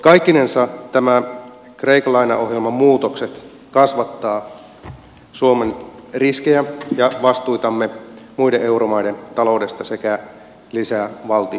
kaikkinensa kreikan lainaohjelman muutokset kasvattavat suomen riskejä ja vastuitamme muiden euromaiden taloudesta sekä lisäävät valtion menoja